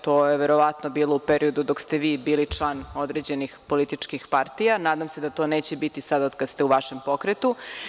To je verovatno bilo u periodu dok ste vi bili član određenih političkih partija, nadam se da to neće biti sada od kada ste u vašem pokretu.